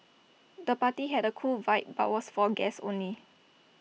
the party had A cool vibe but was for guests only